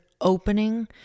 opening